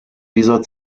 dieser